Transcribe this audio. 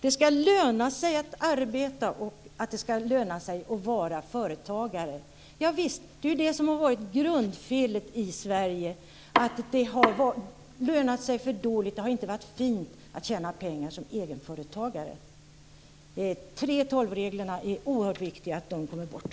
Det ska löna sig att arbeta, och det ska löna sig att vara företagare. Grundfelet i Sverige har varit att det har lönat sig för dåligt. Det har inte varit fint att tjäna pengar som egen företagare. Det är oerhört viktigt att